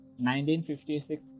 1956